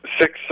six